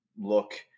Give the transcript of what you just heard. look